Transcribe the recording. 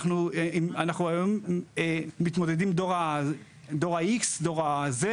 היום מתמודדים עם דור ה-X, דור ה-Z,